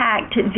impact